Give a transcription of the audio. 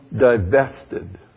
divested